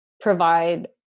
provide